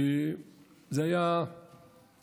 הייתה